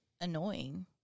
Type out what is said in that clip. annoying